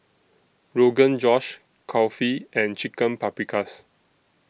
Rogan Josh Kulfi and Chicken Paprikas